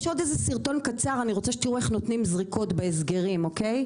יש עוד איזה סרטון קצר אני רוצה שיראו איך נותנים זריקות בהסגרים אוקיי?